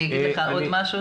אני אגיד לך עוד משהו,